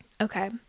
Okay